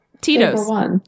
Tito's